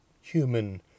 human